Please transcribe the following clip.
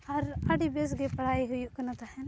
ᱟᱨ ᱟᱹᱰᱤ ᱵᱮᱥᱜᱮ ᱯᱟᱲᱦᱟᱣ ᱦᱩᱭᱩᱜ ᱠᱟᱱᱟ ᱛᱟᱦᱮᱸᱫ